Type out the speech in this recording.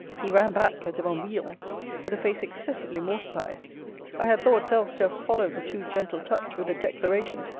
he ran back, as if on wheels with a face excessively mortified i had thoughts else to have followed the too-gentle touch, with a declaration,